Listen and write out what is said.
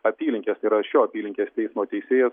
apylinkės tai yra šio apylinkės teismo teisėjas